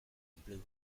enplegu